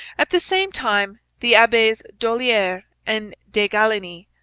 at the same time the abbes dollier and de galinee,